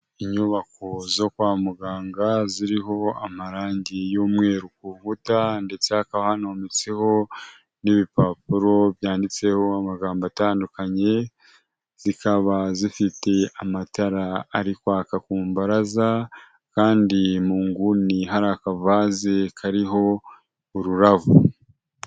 Inyubako zo kwa muganga ziriho amarangi y'umweru ku nkuta, ndetse hakaba hanometseho n'ibipapuro byanditseho magambo atandukanye, zikaba zifite amatara ari kwaka ku mbaraza, kandi mu nguni hari akavaze kariho ururabo.